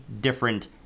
different